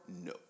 No